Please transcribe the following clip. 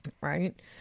Right